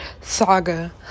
saga